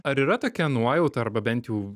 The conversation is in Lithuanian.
ar yra tokia nuojauta arba bent jau